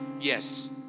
yes